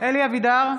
אלי אבידר,